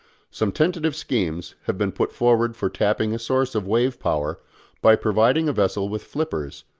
some tentative schemes have been put forward for tapping a source of wave-power by providing a vessel with flippers,